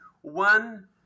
One